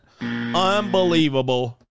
Unbelievable